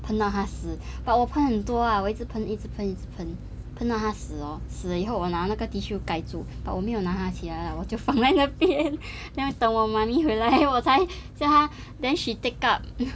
喷到他死 but 我喷很多啊一直喷一直喷喷到它死哦死了以后我拿那个 tissue 盖住我没有拿它起来啦我就放在那边等我 mummy 回来我才叫她 then she take up